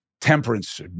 temperance